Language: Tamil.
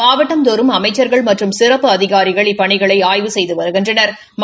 மாவட்டந்தோறும் அமைச்சா்கள் மற்றும் சிறப்பு அதிகாரிகள் இப்பணிகளை ஆய்வு செய்து வருகின்றனா்